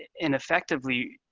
and effectively,